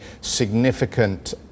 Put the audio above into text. significant